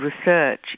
research